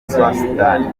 soudan